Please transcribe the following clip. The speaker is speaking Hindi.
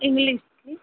इंग्लिस की